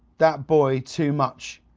that boy too much.